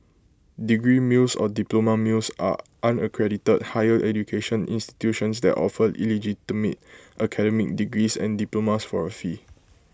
degree mills or diploma mills are unaccredited higher education institutions that offer illegitimate academic degrees and diplomas for A fee